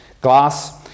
glass